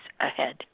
ahead